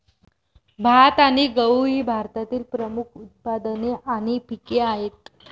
भात आणि गहू ही भारतातील प्रमुख उत्पादने आणि पिके आहेत